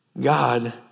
God